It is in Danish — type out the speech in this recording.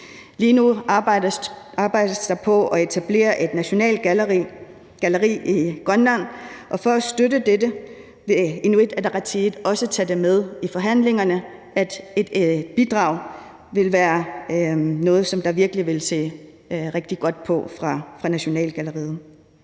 Lige nu arbejdes der på at etablere et nationalt galleri i Grønland, og for at støtte dette vil Inuit Ataqatigiit også tage det med i forhandlingerne, og et bidrag vil være noget, som der virkelig vil blive set positivt på fra nationalgalleriets